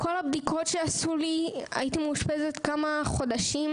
הייתי מאושפזת כמה חודשים,